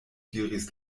diris